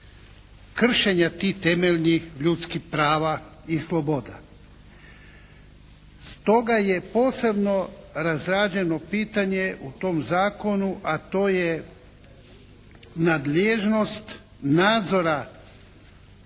kršenja tih temeljnih ljudskih prava i sloboda. Stoga je posebno razrađeno pitanje u tom zakonu, a to je nadležnost nadzora